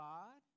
God